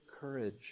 courage